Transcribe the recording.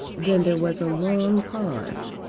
then there was a long pause.